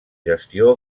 gestió